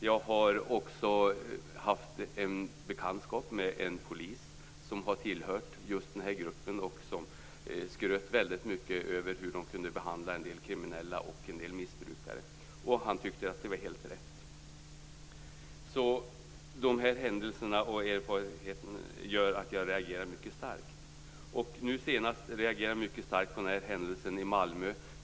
Jag har också haft en bekantskap med en polis som tillhörde just denna grupp och som skröt väldigt mycket över hur de kunde behandla en del kriminella och en del missbrukare. Han tyckte att det var helt rätt. Dessa händelser och erfarenheten av dem gör att jag reagerar mycket starkt. Nu senast reagerade jag mycket starkt på händelsen i Malmö.